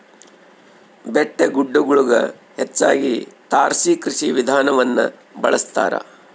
ಬೆಟ್ಟಗುಡ್ಡಗುಳಗ ಹೆಚ್ಚಾಗಿ ತಾರಸಿ ಕೃಷಿ ವಿಧಾನವನ್ನ ಬಳಸತಾರ